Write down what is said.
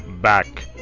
Back